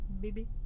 Baby